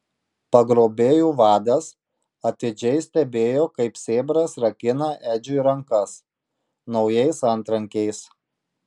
pagrobėjų vadas atidžiai stebėjo kaip sėbras rakina edžiui rankas naujais antrankiais